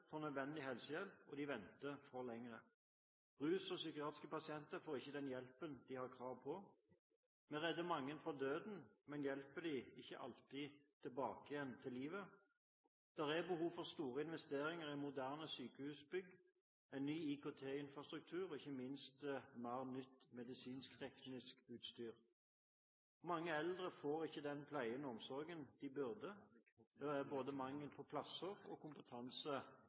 får ikke den hjelpen de har krav på. Vi redder mange fra døden, men hjelper dem ikke alltid tilbake igjen til livet. Det er behov for store investeringer i moderne sykehusbygg, en ny IKT-infrastruktur og ikke minst mer nytt medisinsk-teknisk utstyr. Mange eldre får ikke den pleien og omsorgen de burde. Det er mangel på både plasser og kompetanse